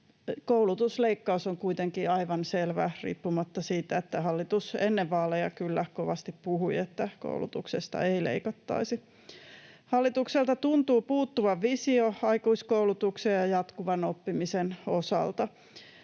Koulutusleikkaus on kuitenkin aivan selvä, riippumatta siitä, että hallitus ennen vaaleja kyllä kovasti puhui, että koulutuksesta ei leikattaisi. Hallitukselta tuntuu puuttuvan visio aikuiskoulutuksen ja jatkuvan oppimisen osalta.